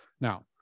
Now